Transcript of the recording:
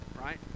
right